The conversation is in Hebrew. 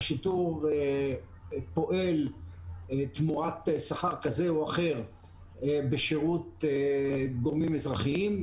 השיטור פועל תמורת שכר כזה או אחר בשירות גורמים אזרחיים,